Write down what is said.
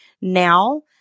now